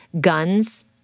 guns